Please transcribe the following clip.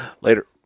Later